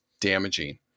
damaging